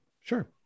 Sure